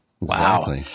Wow